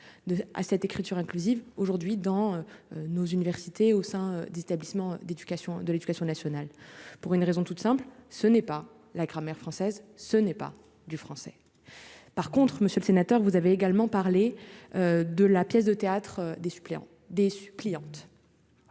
à cette écriture inclusive aujourd'hui dans nos universités au sein d'établissements d'éducation, de l'Éducation nationale pour une raison toute simple, hein, ce n'est pas la grammaire française, ce n'est pas du français, par contre monsieur le sénateur, vous avez également parlé de la pièce de théâtre des suppléants